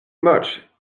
much